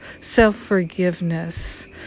self-forgiveness